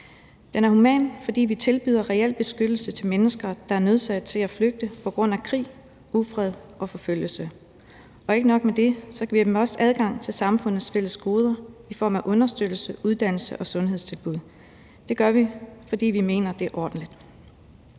Den er human, fordi vi tilbyder reel beskyttelse til mennesker, der er nødsaget til at flygte på grund af krig, ufred og forfølgelse, og ikke nok med det giver vi dem også adgang til samfundets fælles goder i form af understøttelse, uddannelse og sundhedstilbud. Det gør vi, fordi vi mener, det er ordentligt.